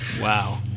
Wow